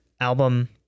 album